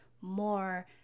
more